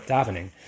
Davening